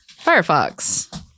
firefox